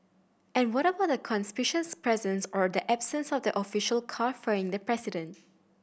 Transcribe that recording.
and what about the conspicuous presence or the absence of the official car ferrying the president